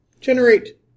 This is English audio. Generate